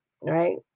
right